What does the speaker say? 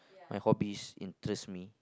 my hobbies interest me